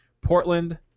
Portland